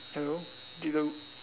hello did the